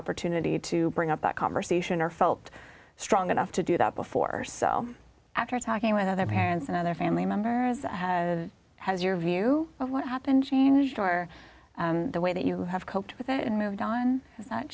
opportunity to bring up that conversation or felt strong enough to do that before so after talking with other parents and other family members that has has your view of what happened changed or the way that you have coped with it and moved on cha